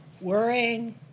Worrying